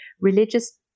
religious